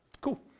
Cool